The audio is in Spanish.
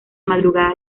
madrugada